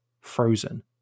frozen